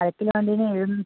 അര കിലോയുടേതിന് എഴുന്നൂറ്